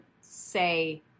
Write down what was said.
say